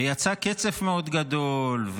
ויצא קצף מאוד גדול,